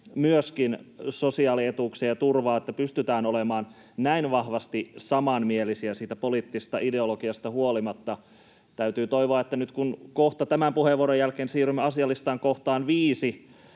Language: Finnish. myöskin sosiaalietuuksia ja turvaa, näin vahvasti samanmielisiä poliittisesta ideologiasta huolimatta. Täytyy toivoa, että nyt kun kohta tämän puheenvuoron jälkeen siirrymme asialistan kohtaan 5